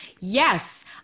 Yes